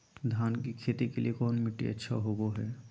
धान की खेती के लिए कौन मिट्टी अच्छा होबो है?